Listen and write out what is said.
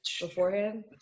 beforehand